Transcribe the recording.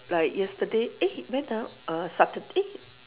like yesterday eh when ah uh satur~ eh